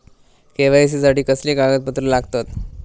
KYC साठी कसली कागदपत्र लागतत?